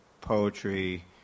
poetry